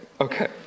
Okay